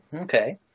Okay